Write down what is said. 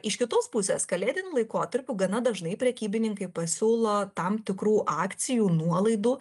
iš kitos pusės kalėdiniu laikotarpiu gana dažnai prekybininkai pasiūlo tam tikrų akcijų nuolaidų